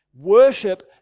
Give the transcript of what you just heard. worship